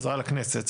חזרה לכנסת.